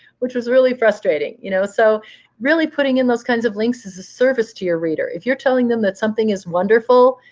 which was really frustrating. you know so really putting in those kinds of links is a service to your reader. if you're telling them that something is wonderful,